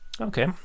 Okay